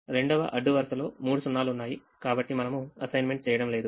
రెండవ అడ్డు వరుసలో మూడు 0 లు ఉన్నాయి కాబట్టి మనము అసైన్మెంట్ చేయడం లేదు